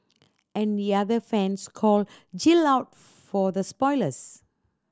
and the other fans called Jill out for the spoilers